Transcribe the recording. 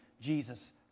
Jesus